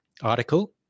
article